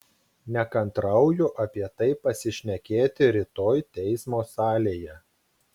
nekantrauju apie tai pasišnekėti rytoj teismo salėje